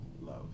love